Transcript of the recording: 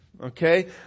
Okay